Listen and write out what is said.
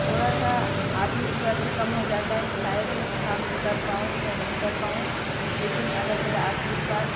थोड़ा सा आत्मविश्वास भी कम हो जाता है कि शायद मैं उस काम को कर पाऊँ या नहीं कर पाऊँ लेकिन अगर मेरा आत्मविश्वास